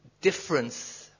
difference